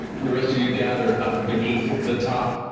the rest of you gathered up beneath the top,